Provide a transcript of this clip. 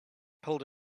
pulled